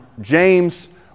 James